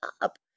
up